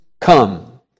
come